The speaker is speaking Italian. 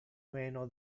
meno